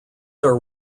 are